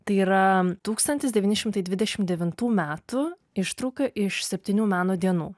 tai yra tūkstantis devyni šimtai dvidešimt devintų metų ištrauka iš septynių meno dienų